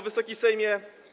Wysoki Sejmie!